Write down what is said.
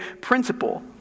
principle